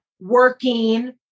working